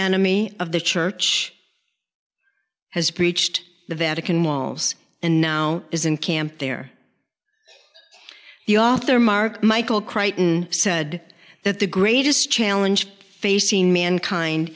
enemy of the church has preached the vatican walls and now is encamped there the author mark michael crighton said that the greatest challenge facing mankind